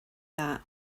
that